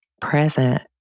present